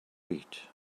read